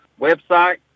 website